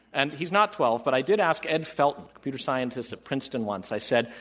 and, he's not twelve, but i did ask ed felten, computer scientist at princeton, once, i said,